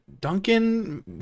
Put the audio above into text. Duncan